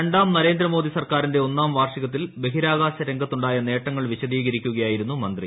രണ്ടാം നരേന്ദ്രമോദി സർക്കാരിന്റെ ഒന്നാം വാർഷികത്തിൽ ബഹിരാകാശ രംഗത്തുണ്ടായ നേട്ടങ്ങൾ വിശദീകരിക്കുകയായിരുന്നു മന്ത്രി